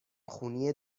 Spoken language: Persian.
خونی